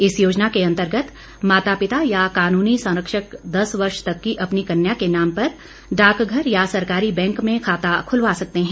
इस योजना के अतंर्गत माता पिता या कानूनी संरक्षक दस वर्ष तक की अपनी कन्या के नाम पर डाकघर या सरकारी बैंक में खाता खुलवा सकते हैं